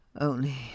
Only